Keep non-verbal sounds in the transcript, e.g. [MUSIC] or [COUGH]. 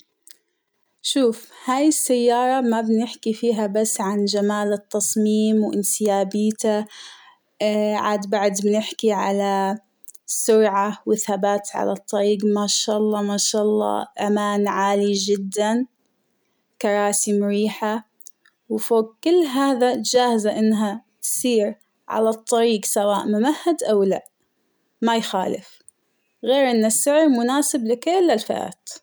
شوف هاى السيارة ما بنحكى فيها بس عن جمال التصميم وانسيابيته، [HESITATION] عاد بعد بنحكي على سرعة وثبات على الطريق ما شاء الله ما شاء الله أمان عالي جداً ، كراسى مريحة ، وفوق كل هذا جاهزة إنها تسير على الطريق سواء ممهد أو لا، ما يخالف غير إن السعرمناسب لكل الفئات.